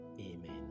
Amen